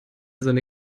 seine